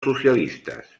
socialistes